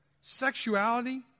Sexuality